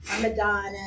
Madonna